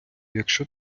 якщо